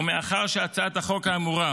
מאחר שהצעת החוק אמורה,